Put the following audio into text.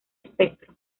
espectro